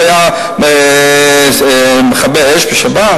הוא היה מכבה אש בשבת?